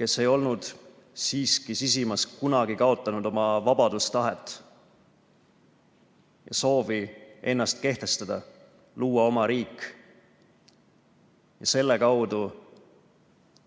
kes ei olnud siiski sisimas kunagi kaotanud oma vabadustahet, soovi ennast kehtestada, luua oma riik ja selle kaudu